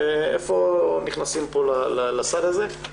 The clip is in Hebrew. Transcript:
היכן נכנסים כאן לנושא הזה.